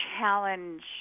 challenge